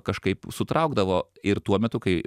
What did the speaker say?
kažkaip sutraukdavo ir tuo metu kai